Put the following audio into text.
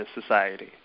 society